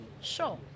Sure